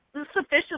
sufficiently